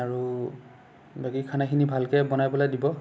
আৰু বাকী খানাখিনি ভালকে বনাই পেলাই দিব